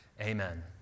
Amen